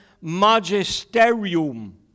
magisterium